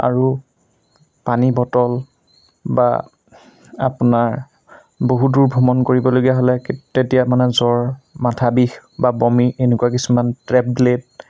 আৰু পানী বটল বা আপোনাৰ বহু দূৰ ভ্ৰমণ কৰিবলগীয়া হ'লে তেতিয়া মানে জ্বৰ মাথা বিষ বা বমি এনেকুৱা কিছুমান টেবলেট